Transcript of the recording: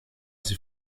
sie